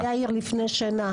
לנענע את יאיר לפני השינה.